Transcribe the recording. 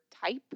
type